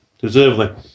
deservedly